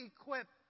equipped